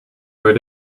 where